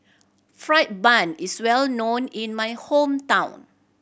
fried bun is well known in my hometown